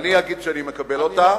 אני אגיד שאני מקבל אותה,